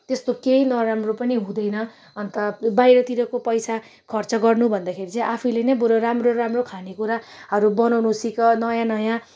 त्यस्तो केही नराम्रो पनि हुँदैन अन्त बाहिरतिरको पैसा खर्च गर्नुभन्दाखेरि चाहिँ आफैले नै बरु राम्रो राम्रो खानेकुराहरू बनाउनु सिक नयाँ नयाँ